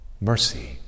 mercy